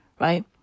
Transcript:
right